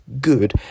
good